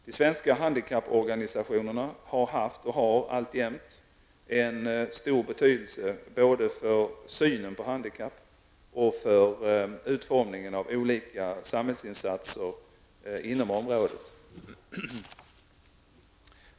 De svenska handikapporganisationerna har haft och har alltjämt en stor betydelse både för synen på handikapp och för utformningen av olika samhällsinsatser inom området.